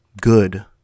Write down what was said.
good